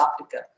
Africa